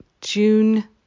June